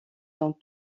dans